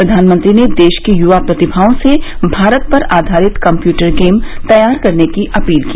प्रधानमंत्री ने देश की युवा प्रतिभाओं से भारत पर आधारित कम्प्यूटर गेम तैयार करने की अपील की